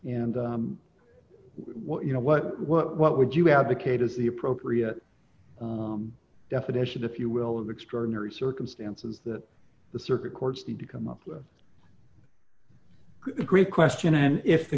what you know what what what would you advocate as the appropriate definition if you will of extraordinary circumstances that the circuit courts need to come up with a great question and if the